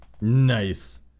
Nice